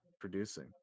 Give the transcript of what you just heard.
producing